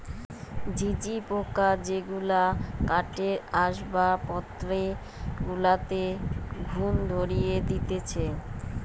ঝিঝি পোকা যেগুলা কাঠের আসবাবপত্র গুলাতে ঘুন ধরিয়ে দিতেছে